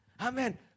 Amen